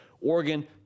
Oregon